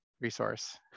resource